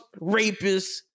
rapists